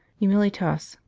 humilitas,